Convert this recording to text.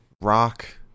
Rock